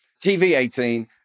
TV18